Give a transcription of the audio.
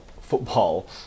football